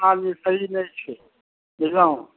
फल्लाँ आदमी सही नहि छै बुझलहुॅं